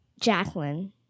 Jacqueline